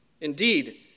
Indeed